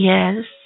Yes